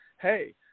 Hey